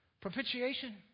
Propitiation